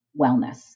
wellness